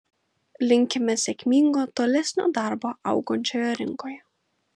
linkime sėkmingo tolesnio darbo augančioje rinkoje